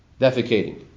defecating